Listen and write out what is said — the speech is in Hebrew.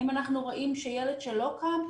האם אנחנו רואים שילד שלא קם?